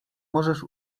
możesz